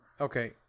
Okay